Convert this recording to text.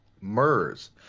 MERS